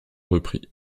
reprit